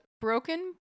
broken